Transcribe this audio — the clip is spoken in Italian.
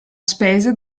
spese